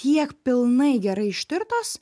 tiek pilnai gerai ištirtos